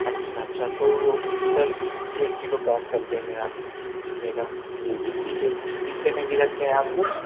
اچھا اچھا تو سر ایک کلو پیک کر دیں گے آپ میرا یہ بھی ٹھیک ہے میٹھے میں بھی رکھتے ہیں آپ کچھ